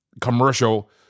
commercial